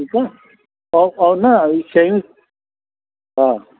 ठीकु आहे ऐं ऐं ना इहे शयूं हा